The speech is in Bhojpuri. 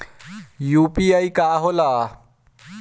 यू.पी.आई का होला?